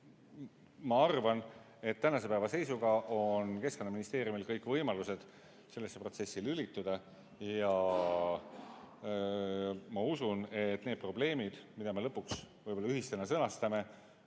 Ma arvan, et tänase päeva seisuga on Keskkonnaministeeriumil kõik võimalused sellesse protsessi lülituda, ja ma usun, et need probleemid, mida me lõpuks võib-olla ühisena sõnastame,